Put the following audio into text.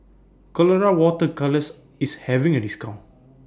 Colora Water Colours IS having A discount